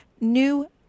new